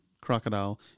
crocodile